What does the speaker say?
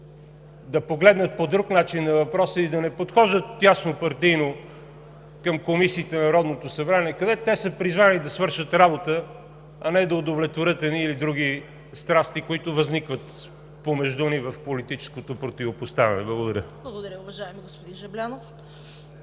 да погледнат по друг начин на въпроса и да не подхождат тяснопартийно към комисиите на Народното събрание, където те са призвани да свършат работа, а не да удовлетворят едни или други страсти, които възникват помежду ни в политическото противопоставяне. Благодаря. ПРЕДСЕДАТЕЛ ЦВЕТА КАРАЯНЧЕВА: Благодаря, уважаеми господин Жаблянов.